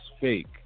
fake